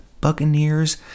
Buccaneers